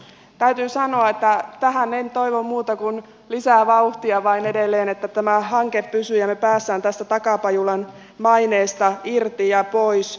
täytyy sanoa että tähän en toivo muuta kuin lisää vauhtia vain edelleen että tämä hanke pysyy ja me pääsemme tästä takapajulan maineesta irti ja pois